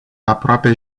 aproape